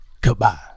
Goodbye